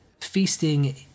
feasting